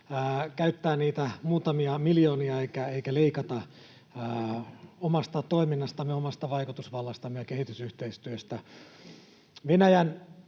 käyttää niitä muutamia miljoonia eikä leikata omasta toiminnastamme, omasta vaikutusvallastamme ja kehitysyhteistyöstä.